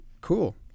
cool